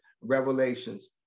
revelations